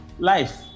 Life